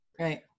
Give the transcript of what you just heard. Right